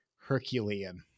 Herculean